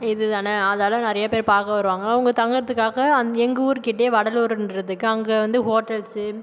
இதுதானே அதால நிறைய பேர் பார்க்க வருவாங்க அவங்க தங்கறதுக்காக அங் எங்கள் ஊர்கிட்டேயே வடலூரென்றத்துக்கு அங்கே வந்து ஹோட்டல்ஸ்